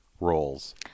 roles